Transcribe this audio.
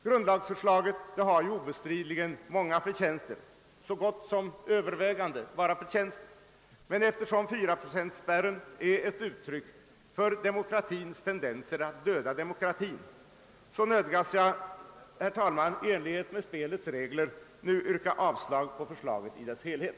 Grundlagsförslaget har = obestridligen många förtjänster, övervägande förtjänster, men eftersom 4-procentspärren är ett uttryck för demokratins tendenser att döda demokratin nödgas jag, herr talman, i enlighet med spelets regler nu yrka avslag på förslaget i dess helhet.